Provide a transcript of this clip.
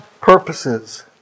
purposes